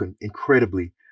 incredibly